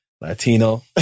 Latino